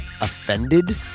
Offended